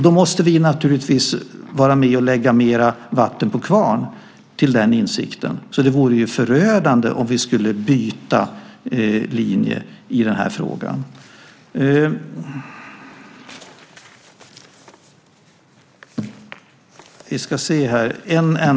Då måste vi naturligtvis vara med och lägga mera vatten på kvarn när det gäller den insikten. Det vore ju förödande om vi skulle byta linje i den här frågan.